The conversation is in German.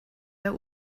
der